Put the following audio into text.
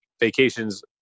vacations